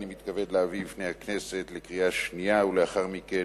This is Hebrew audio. אני מתכבד להביא בפני הכנסת לקריאה שנייה ולאחר מכן